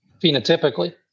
phenotypically